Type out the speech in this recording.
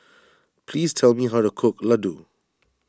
please tell me how to cook Ladoo